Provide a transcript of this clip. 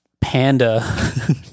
panda